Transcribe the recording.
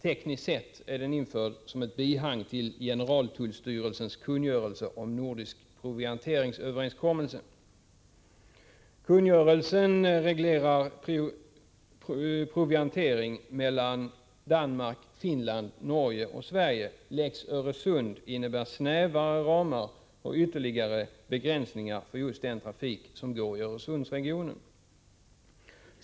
Tekniskt sett är den införd som ett bihang till generaltullstyrelsens kungörelse om nordisk provianteringsöverenskommelse. Kungörelsen reglerar proviantering mellan Danmark, Finland, Norge och Sverige. Lex Öresund innebär snävare ramar och ytterligare begränsningar för just den trafik som går i Öresundsregionen.